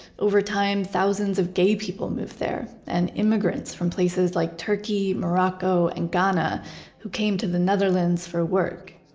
over time, thousands of gay people moved there and immigrants from places like turkey, morocco, and ghana who came to the netherlands for work.